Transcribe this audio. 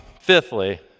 Fifthly